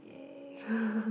!yay!